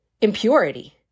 impurity